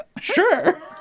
sure